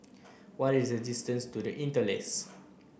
what is the distance to The Interlace